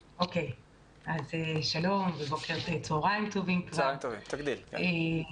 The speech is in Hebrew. שלום לכולם, צהריים טובים, אני